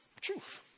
Truth